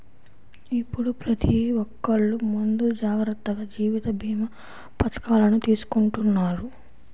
ఇప్పుడు ప్రతి ఒక్కల్లు ముందు జాగర్తగా జీవిత భీమా పథకాలను తీసుకుంటన్నారు